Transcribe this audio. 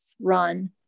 run